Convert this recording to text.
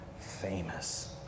famous